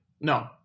No